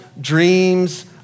dreams